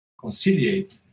conciliate